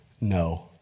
no